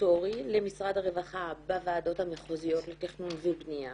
סטטוטורי למשרד הרווחה בוועדות המחוזיות לתכנון ובנייה.